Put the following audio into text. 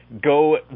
go